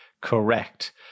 correct